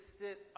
sit